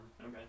Okay